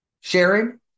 sharing